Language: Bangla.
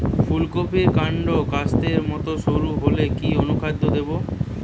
ফুলকপির কান্ড কাস্তের মত সরু হলে কি অনুখাদ্য দেবো?